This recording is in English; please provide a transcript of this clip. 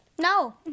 No